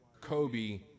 Kobe